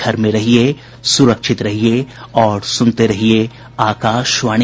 घर में रहिये सुरक्षित रहिये और सुनते रहिये आकाशवाणी